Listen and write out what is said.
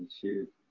shoot